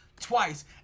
twice